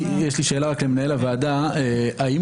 ההסדר חייב להיות הסדר שלם.